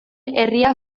herria